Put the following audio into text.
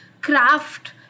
craft